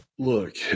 Look